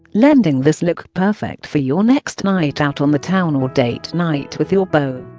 lending this look perfect for your next night out on the town or date night with your beau